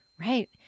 right